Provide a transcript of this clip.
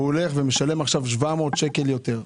הוא הולך ומשלם עכשיו 700 שקל יותר.